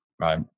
Right